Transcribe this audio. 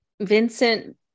Vincent